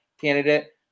candidate